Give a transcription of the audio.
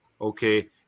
okay